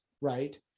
right